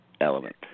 element